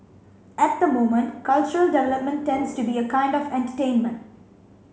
at the moment cultural development tends to be a kind of entertainment